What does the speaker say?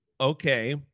okay